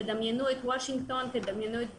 תדמיינו את וושינגטון, תדמיינו את ברלין,